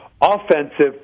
offensive